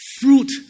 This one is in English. Fruit